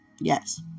Yes